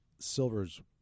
Silver's